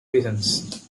reasons